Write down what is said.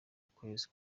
ukwezi